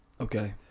Okay